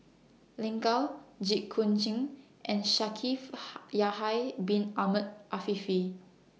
Lin Gao Jit Koon Ch'ng and Shaikh Ha Yahya Bin Ahmed Afifi